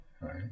Right